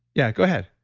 yeah, go ahead.